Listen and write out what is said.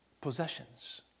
possessions